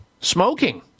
smoking